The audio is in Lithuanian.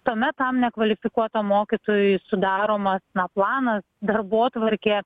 tuomet tam nekvalifikuotam mokytojui sudaromas na planas darbotvarkė